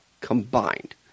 combined